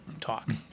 talk